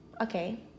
okay